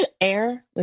Air